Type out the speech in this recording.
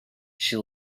she